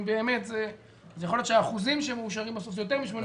יכול להיות שהאחוזים שמאושרים בסוף זה יותר מ-87%.